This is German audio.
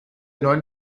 neuen